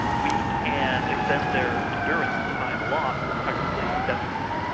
we can extend their endurance time aloft practically indefinitely.